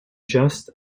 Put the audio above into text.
just